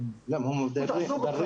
תקנים של פיקוד העורף,